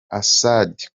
assad